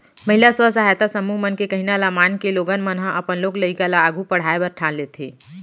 महिला स्व सहायता समूह मन के कहिना ल मानके लोगन मन ह अपन लोग लइका ल आघू पढ़ाय बर ठान लेथें